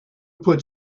put